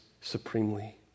supremely